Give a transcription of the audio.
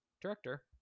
director